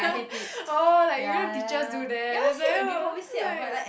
oh like you know teachers do that that's why !woah! like